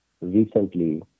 recently